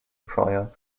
pryor